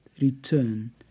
return